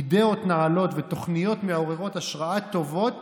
אידיאות נעלות ותוכניות מעוררות השראה טובות